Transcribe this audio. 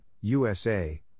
USA